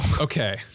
Okay